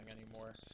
anymore